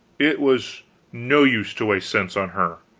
it was no use to waste sense on her.